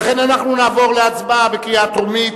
לכן אנחנו נעבור להצבעה בקריאה טרומית.